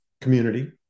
community